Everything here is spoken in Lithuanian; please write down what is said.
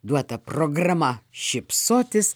duota programa šypsotis